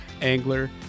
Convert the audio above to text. angler